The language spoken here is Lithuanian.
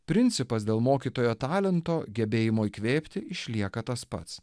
principas dėl mokytojo talento gebėjimo įkvėpti išlieka tas pats